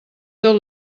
tot